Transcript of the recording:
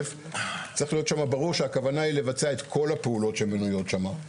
צריך להיות שם ברור שהכוונה היא לבצע את כל הפעולות שמנויות שם.